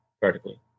vertically